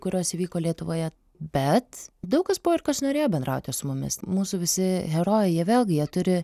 kurios įvyko lietuvoje bet daug kas buvo ir kas norėjo bendrauti su mumis mūsų visi herojai jie vėlgi jie turi